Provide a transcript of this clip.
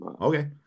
Okay